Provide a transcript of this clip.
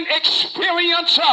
experience